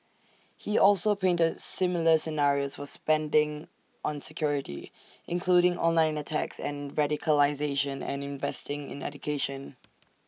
he also painted similar scenarios for spending on security including online attacks and radicalisation and investing in education